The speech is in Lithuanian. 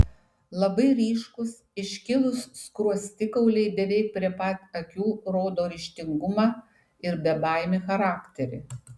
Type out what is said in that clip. labai ryškūs iškilūs skruostikauliai beveik prie pat akių rodo ryžtingumą ir bebaimį charakterį